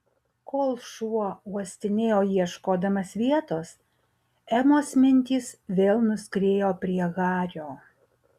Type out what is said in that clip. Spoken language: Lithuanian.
kol šuo uostinėjo ieškodamas vietos emos mintys vėl nuskriejo prie hario